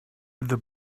the